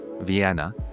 Vienna